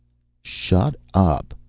shut up,